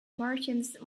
martians